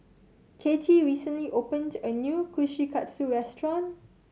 Kathy recently opened a new Kushikatsu restaurant